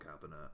cabinet